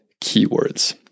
keywords